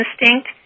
instinct